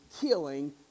killing